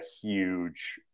huge